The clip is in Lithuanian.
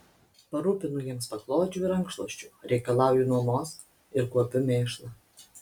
parūpinu jiems paklodžių ir rankšluosčių reikalauju nuomos ir kuopiu mėšlą